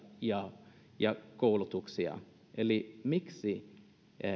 ja ja koulutuksia eli miksi